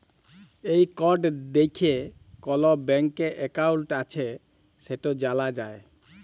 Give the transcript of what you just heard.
এই কড দ্যাইখে কল ব্যাংকে একাউল্ট আছে সেট জালা যায়